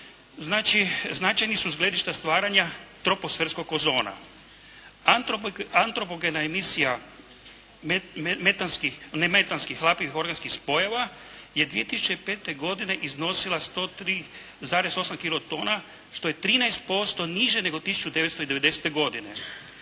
značajni su s gledišta stvaranja troposferskog ozona. Antropogena emisija metanskih, nemetanskih hlapljivih organskih spojeva je 2005. godine iznosila 103,8 kilotona, što je 13% niže nego 1999. godine.